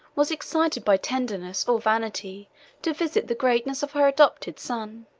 was excited by tenderness or vanity to visit the greatness of her adopted son.